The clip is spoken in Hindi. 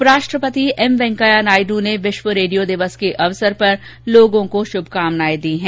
उपराष्ट्रपति एम वेंकैया नायड् ने विश्व रेडियो दिवस के अवसर पर लोगों को शुभकामनाएं दी हैं